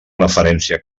referència